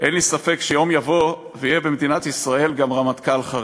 אין לי ספק שיום יבוא ויהיה במדינת ישראל גם רמטכ"ל חרדי.